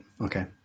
Okay